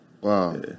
Wow